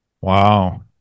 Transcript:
Wow